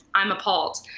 i'm appalled.